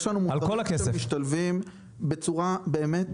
יש לנו מוצרים שמשתלבים בצורה באמת